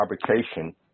fabrication